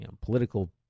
political